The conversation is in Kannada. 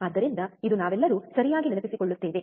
ಆದ್ದರಿಂದ ಇದು ನಾವೆಲ್ಲರೂ ಸರಿಯಾಗಿ ನೆನಪಿಸಿಕೊಳ್ಳುತ್ತೇವೆ